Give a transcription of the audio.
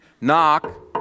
knock